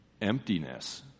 emptiness